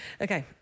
Okay